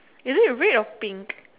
is it red or pink